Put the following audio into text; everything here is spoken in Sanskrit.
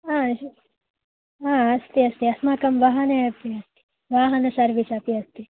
हा हा अस्ति अस्ति अस्माकं वाहने अपि अस्ति वाहन सर्विस् अपि अस्ति